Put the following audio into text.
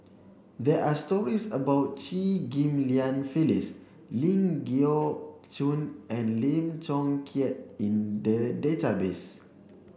there are stories about Chew Ghim Lian Phyllis Ling Geok Choon and Lim Chong Keat in the database